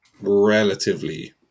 relatively